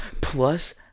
plus